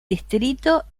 distrito